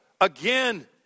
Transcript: again